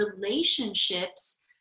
relationships